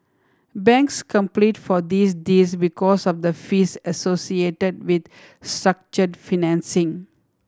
banks complete for these deals because of the fees associated with structured financing